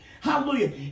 Hallelujah